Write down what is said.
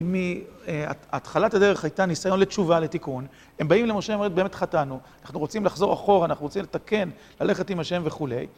מהתחלת הדרך הייתה ניסיון לתשובה, לתיקון, הם באים למשה ואומרים באמת חטאנו, אנחנו רוצים לחזור אחורה, אנחנו רוצים לתקן, ללכת עם ה' וכו'.